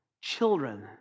children